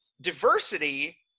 diversity